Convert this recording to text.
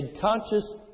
conscious